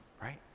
right